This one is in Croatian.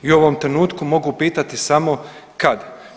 I u ovom trenutku mogu pitati samo kad?